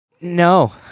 No